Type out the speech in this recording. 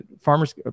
farmers